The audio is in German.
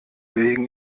wegen